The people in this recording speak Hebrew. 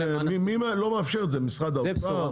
מי לא מאפשר את זה, משרד האוצר?